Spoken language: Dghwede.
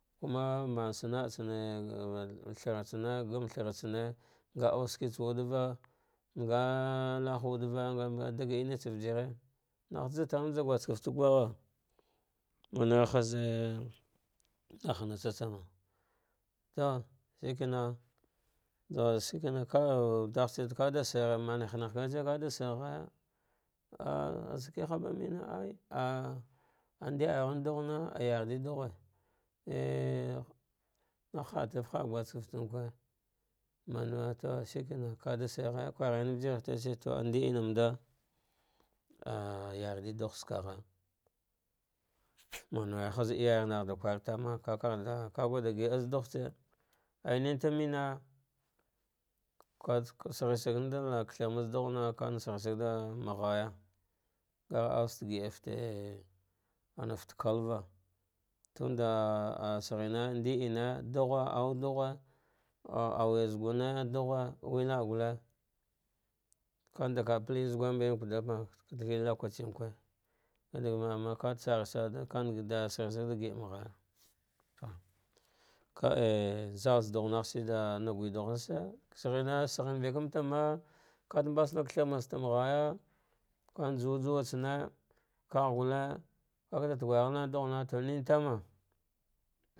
Kuma mansana'u tsane thara tsane game thara tsane nga'au shitsawuchva ngakh wudeva ngh dadi natsa ujire, nah jataramga gu skeefte gwagha manewa harhe nahna tsati tsama to shikina juv shikena dagsh katsa kada sar ghaya ah atsan kihaba mene re ah ndiarun dughna, ah yardi dughe nah hada raf ha guskefte manewe shivina, kwara ujirtse ah to al ndiemanda ah yardi dug uz acka gha manewe hal iyaya gh nahtama kakadha, kagurda ggiaz dugh tfe ie nenta mene ki shih sagari da tharma zagh dughare shag sagandan ghaya ka ahate geɗa fate kahva ton da ah saghene ndiene sah audugha ah auwa zugune ah dughe we la'a gule kandaka sale zugumbe adagh lokacin kew ad kanada saghesagdan ghaya ka ah zal ha dugu uh da gwadar ghar shike sheghene shene ukanta kata mbanu thamasta ma ghaya kajujutsane kagh gule, kakada dugugha laadughnagha.